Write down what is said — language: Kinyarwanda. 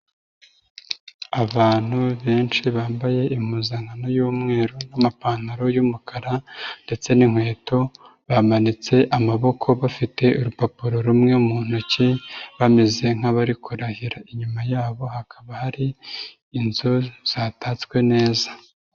Abantu benshi bambaye impuzankano y'umweru, amapantaro y'umukara ndetse n'inkweto, bamanitse amaboko bafite urupapuro rumwe mu ntoki, bameze nk'abari kurahira. Inyuma yabo hakaba hari inzu zatatswe neza.